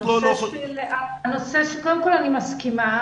קודם כל אני מסכימה.